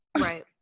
Right